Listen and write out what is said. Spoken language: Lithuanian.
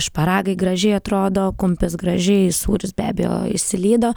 šparagai gražiai atrodo kumpis gražiai sūris be abejo išsilydo